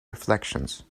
reflections